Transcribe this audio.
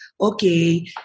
okay